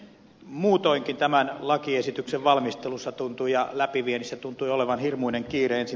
muutoinkin tämän lakiesityksen valmistelussa ja läpiviennissä tuntui olevan hirmuinen kiire